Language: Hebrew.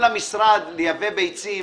למשרד לייבא ביצים,